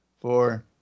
four